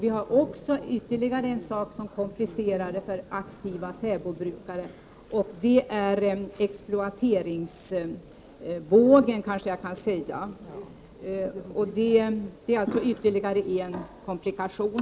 Vi har ytterligare en sak som komplicerar situationen för aktiva fäbodbrukare, och det är exploateringsvågen. Denna är alltså ytterligare en komplikation.